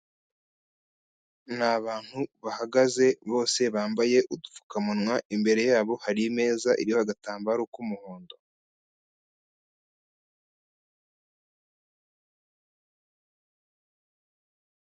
Ni abantu bahagaze bose bambaye udupfukamunwa, imbere yabo hari imeza iriho agatambaro k'umuhondo.